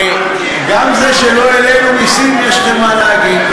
וגם על זה שלא העלינו מסים יש לכם מה להגיד,